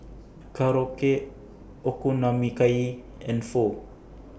Korokke and Pho